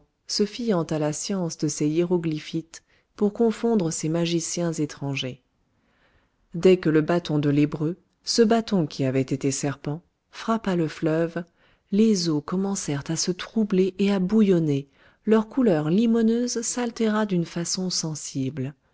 se fiant à la science de ses hiéroglyphites pour confondre ces magiciens étrangers dès que le bâton de l'hébreu ce bâton qui avait été serpent frappa le fleuve les eaux commencèrent à se troubler et à bouillonner leur couleur limoneuse s'altéra d'une façon sensible